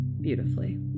beautifully